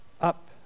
up